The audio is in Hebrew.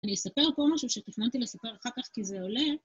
אני יספר פה משהו שתכננתי לספר אחר כך כי זה עולה.